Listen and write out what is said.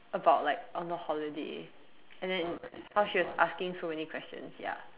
about like on the holiday and then how she was asking so many questions ya